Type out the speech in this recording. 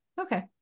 Okay